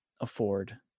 afford